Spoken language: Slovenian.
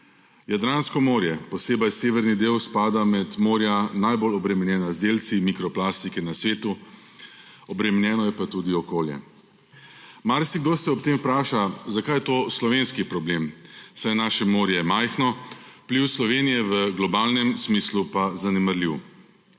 Jadransko morje, posebej severni del, spada med morja, najbolj obremenjena z delci mikroplastike na svetu, obremenjeno je pa tudi okolje. Marsikdo se ob tem vpraša, zakaj je to slovenski problem, saj je naše morje majhno, vpliv Slovenije v globalnem smislu pa zanemarljiv.